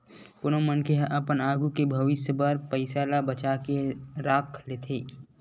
कोनो मनखे ह अपन आघू के भविस्य बर पइसा ल बचा के राख लेथे